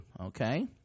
okay